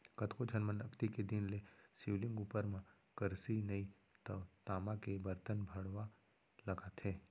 कतको झन मन अक्ती के दिन ले शिवलिंग उपर म करसी नइ तव तामा के बरतन भँड़वा लगाथे